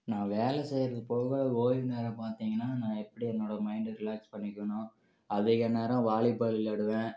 நான் வேலை செய்கிறது போக ஓய்வு நேரம் பார்த்திங்கன்னா நான் எப்படி என்னோடய மைண்டை ரிலேக்ஸ் பண்ணிக்குவேன்னா அதிக நேரம் வாலிபால் விளையாடுவேன்